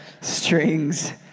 strings